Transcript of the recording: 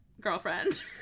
girlfriend